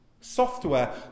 software